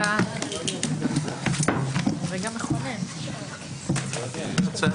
הישיבה ננעלה בשעה